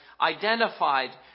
identified